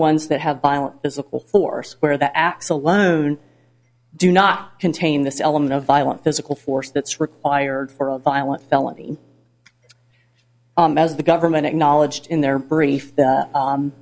ones that have violent physical force where the acts alone do not contain this element of violent physical force that's required for a violent felony as the government acknowledged in their brief